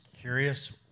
curious